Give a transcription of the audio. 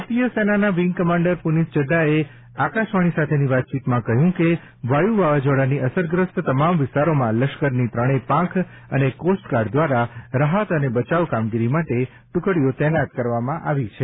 ભારતીય સેનાના wing commander Pranit ચઢ્ઢાએ આકાશવાણી સાથેની વાતચીતમાં કહ્યું કે વાયુ વાવાઝોડાથી અસરગ્રસ્ત તમામ વિસ્તારોમાં લશ્કરની ત્રણેય પાંખ અને કોસ્ટગાર્ડ દ્વારા રાહત અને બચાવ કામગીરી માટે ટ્રકડીઓ તેનાત કરવામાં આવી છે